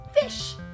fish